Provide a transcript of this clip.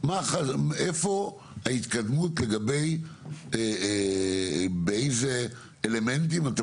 איפה ההתקדמות לגבי באיזה אלמנטים אתם